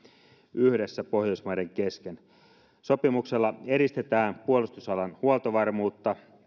yhdessä pohjoismaiden kesken sopimuksella edistetään puolustusalan huoltovarmuutta